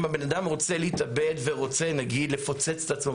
אם הבן אדם רוצה להתאבד ורוצה נגיד לפוצץ את עצמו